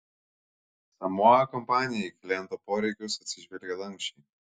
samoa kompanija į kliento poreikius atsižvelgė lanksčiai